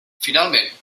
finalment